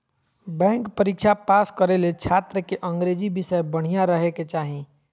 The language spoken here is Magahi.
बैंक परीक्षा पास करे ले छात्र के अंग्रेजी विषय बढ़िया रहे के चाही